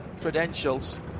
credentials